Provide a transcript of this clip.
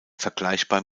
vergleichbar